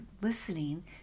listening